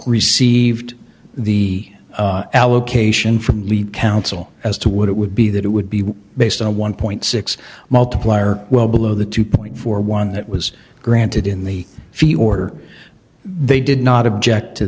received the allocation from lead council as to what it would be that it would be based on one point six multiplier well below the two point four one that was granted in the field order they did not object to